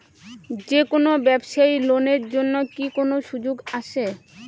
যে কোনো ব্যবসায়ী লোন এর জন্যে কি কোনো সুযোগ আসে?